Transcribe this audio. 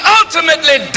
ultimately